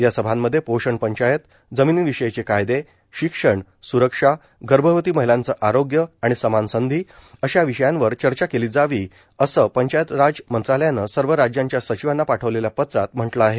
या सभांमध्ये पोषण पंचायत जमिनीं विषयीचे कायदे शिक्षण स्रक्षा गर्भवती महिलांचं आरोग्य आणि समान संधी अशा विषयांवर चर्चा केली जावी असं पंचायत राज मंत्रालयानं सर्व राज्यांच्या सचिवांना पाठवलेल्या पत्रात म्हटलं आहे